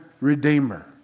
redeemer